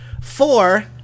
four